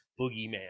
boogeyman